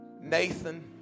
Nathan